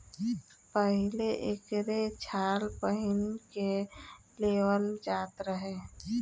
पहिले एकरे छाल पहिन लेवल जात रहे